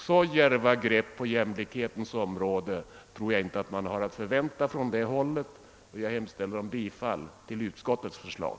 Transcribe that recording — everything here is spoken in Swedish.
Så djärva grepp på jämlikhetens område tror jag inte att man kan förvänta från det hållet. Jag yrkar bifall till utskottets hemställan.